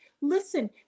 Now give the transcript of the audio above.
Listen